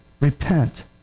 Repent